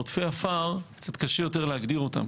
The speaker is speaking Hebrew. עודפי עפר קצת קשה יותר להגדיר אותה.